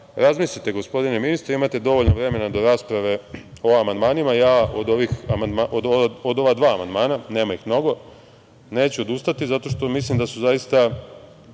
razlozima. Razmislite gospodine ministre, imate dovoljno vremena do rasprave o amandmanima. Ja od ova dva amandmana, nema ih mnogo, neću odustati, zato što mislim da su zaista